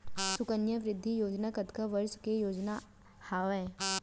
सुकन्या समृद्धि योजना कतना वर्ष के योजना हावे?